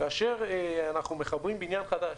כאשר אנחנו מחברים בניין חדש,